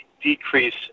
decrease